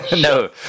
no